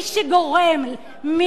זה מה שאמרתי.